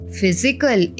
physical